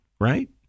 right